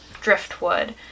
driftwood